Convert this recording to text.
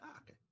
okay